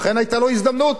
אכן היתה לו הזדמנות,